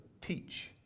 Teach